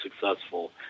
successful